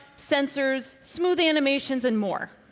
sensors, smooth animations, and more.